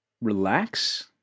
relax